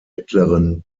mittleren